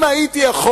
אם הייתי יכול,